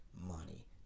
money